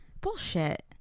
Bullshit